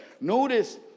notice